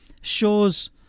shows